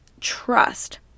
trust